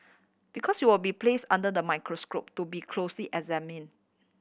because you will be place under the microscope to be closely examine